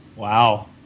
wow